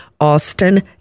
Austin